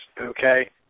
okay